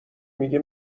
میگه